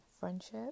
friendship